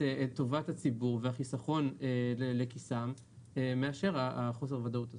טובת הציבור והחיסכון לכיסם מאשר החוסר ודאות הזו.